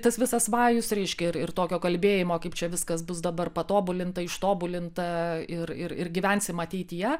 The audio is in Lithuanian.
tas visas vajus reiškia ir tokio kalbėjimo kaip čia viskas bus dabar patobulinta ištobulinta ir ir gyvensim ateityje